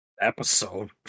Episode